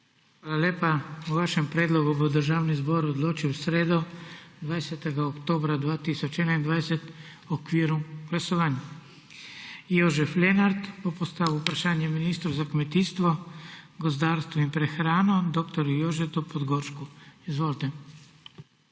Hvala lepa. O vašem predlogu bo Državni zbor odločil v sredo, 20. oktobra 2021, v okviru glasovanj. Jožef Lenart bo postavil vprašanje ministru za kmetijstvo, gozdarstvo in prehrano dr. Jožetu Podgoršku. Izvolite.